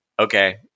okay